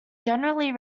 generally